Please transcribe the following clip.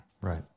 Right